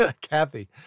Kathy